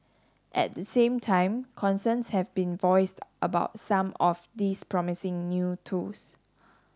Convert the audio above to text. at the same time concerns have been voiced about some of these promising new tools